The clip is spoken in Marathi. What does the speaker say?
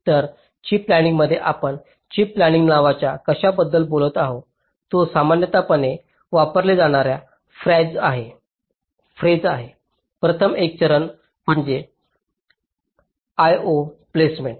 तर चिप प्लॅनिंगमध्ये आपण चिप प्लॅनिंग नावाच्या कशाबद्दल बोलत आहोत जो सामान्यपणे वापरला जाणारा फ्रॅज आहे प्रथम एक चरण म्हणजे I O प्लेसमेंट